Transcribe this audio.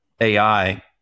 AI